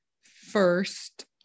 first